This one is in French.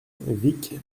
vic